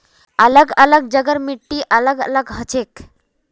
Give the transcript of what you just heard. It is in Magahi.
अलग अलग जगहर मिट्टी अलग अलग हछेक